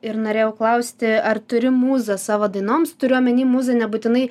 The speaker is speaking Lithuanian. ir norėjau klausti ar turi mūzą savo dainoms turiu omeny mūzą nebūtinai